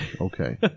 okay